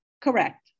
Correct